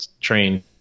train